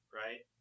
right